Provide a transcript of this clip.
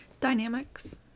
dynamics